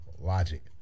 logic